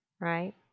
right